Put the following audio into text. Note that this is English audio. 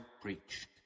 preached